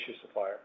supplier